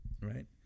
right